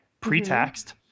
pre-taxed